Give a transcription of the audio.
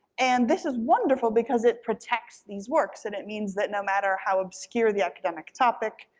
and this is wonderful, because it protects these works, and it means that no matter how obscure the academic topic,